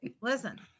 Listen